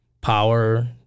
power